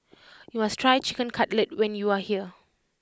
you must try Chicken Cutlet when you are here